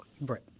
Right